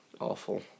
awful